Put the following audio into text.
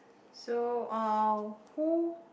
so um who